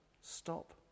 stop